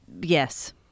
Yes